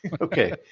Okay